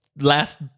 Last